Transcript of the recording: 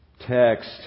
text